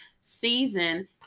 season